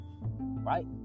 right